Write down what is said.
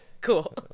Cool